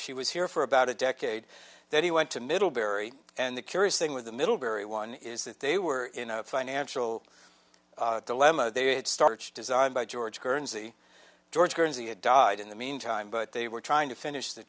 she was here for about a decade then he went to middlebury and the curious thing with the middlebury one is that they were in a financial dilemma they had started designed by george guernsey george guernsey had died in the meantime but they were trying to finish the